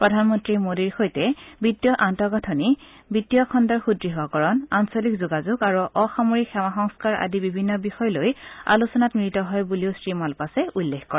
প্ৰধানমন্ত্ৰী মোদীৰ সৈতে বিত্তীয় আন্তঃগাঁথনি বিত্তীয় খণ্ডৰ সূদ্য়কৰণ আঞ্চলিক যোগাযোগ আৰু অসামৰিক সেৱা সংস্কাৰ আদি বিভিন্ন বিষয় লৈ আলোচনাত মিলিত হয় বুলিও শ্ৰীমালপাছে উল্লেখ কৰে